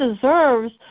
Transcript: deserves